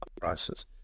prices